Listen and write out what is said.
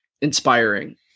inspiring